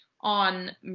on